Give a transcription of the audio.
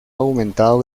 aumentado